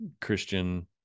Christian